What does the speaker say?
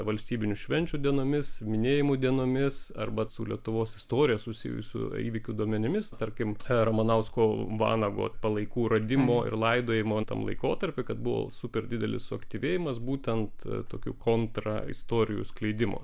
valstybinių švenčių dienomis minėjimų dienomis arba su lietuvos istorija susijusių įvykių duomenimis tarkim e ramanausko vanago palaikų radimo ir laidojimo tam laikotarpy kad buvo super didelis suaktyvėjimas būtent tokių kontraistorijų skleidimo